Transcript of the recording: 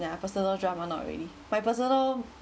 ya personal drama not really my personal